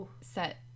set